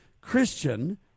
Christian